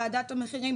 ועדת המחירים,